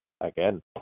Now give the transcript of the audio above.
Again